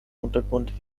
untergrund